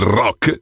rock